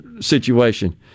situation